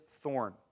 thorn